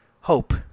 hope